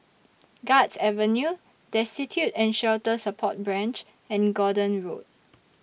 Guards Avenue Destitute and Shelter Support Branch and Gordon Road